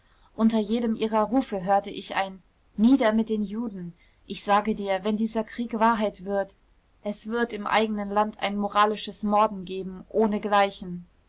unter jedem ihrer rufe hörte ich ein nieder mit den juden ich sage dir wenn dieser krieg wahrheit wird es wird im eigenen land ein moralisches morden geben